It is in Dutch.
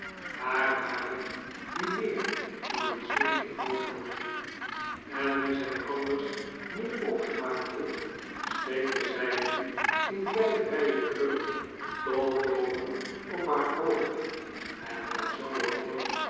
haar haren die meer dan een zweempje rood hadden en die zij anders niet opgemaakt droeg schikte zij nu in vijf rijen krullen tot boven op haar hoofd en wel zoo handig